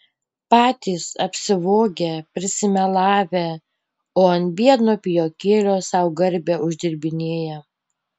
patys apsivogę prisimelavę o ant biedno pijokėlio sau garbę uždirbinėja